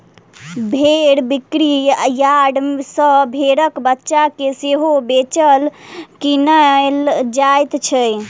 भेंड़ बिक्री यार्ड सॅ भेंड़क बच्चा के सेहो बेचल, किनल जाइत छै